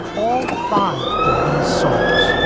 all five of these songs,